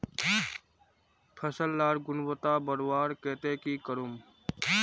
फसल लार गुणवत्ता बढ़वार केते की करूम?